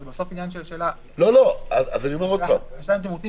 בסוף זה עניין של השאלה אם אתם רוצים